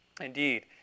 Indeed